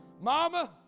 Mama